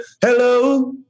Hello